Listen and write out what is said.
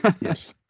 Yes